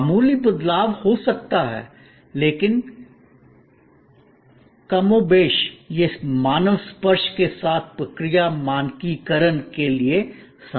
मामूली बदलाव हो सकता हैं लेकिन कमोबेश यह मानव स्पर्श के साथ प्रक्रिया मानकीकरण के लिए समान है